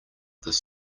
this